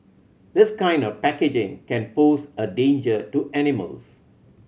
this kind of packaging can pose a danger to animals